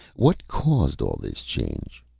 what caused all this change?